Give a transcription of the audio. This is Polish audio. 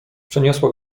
przeniosła